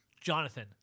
Jonathan